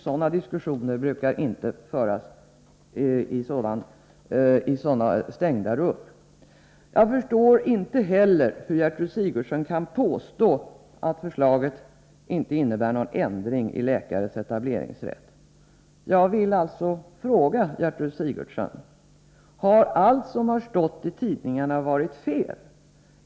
Sådana diskussioner brukar inte föras i stängda rum. Jag förstår inte heller hur Gertrud Sigurdsen kan påstå att förslaget inte innebär någon ändring i läkares etableringsrätt. Jag måste fråga: Har allt som stått i tidningarna varit fel?